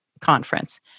conference